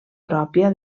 pròpia